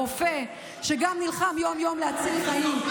רופא שגם נלחם יום-יום להציל חיים,